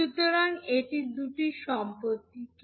সুতরাং এই দুটি সম্পত্তি কি